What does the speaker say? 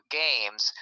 games